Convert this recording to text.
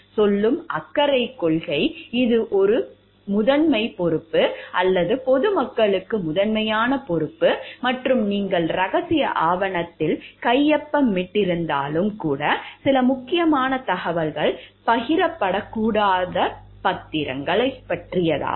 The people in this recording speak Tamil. சொல்லும் அக்கறை கொள்கை இது ஒரு முதன்மைப் பொறுப்பு அல்லது பொதுமக்களுக்கு முதன்மையான பொறுப்பு மற்றும் நீங்கள் ரகசிய ஆவணத்தில் கையொப்பமிட்டிருந்தாலும் கூட சில முக்கியமான தகவல்கள் பகிரப்படக் கூடாத பத்திரம்